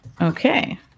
okay